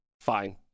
Fine